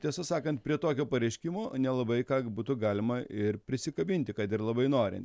tiesą sakant prie tokio pareiškimo nelabai ką būtų galima ir prisikabinti kad ir labai norint